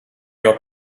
jau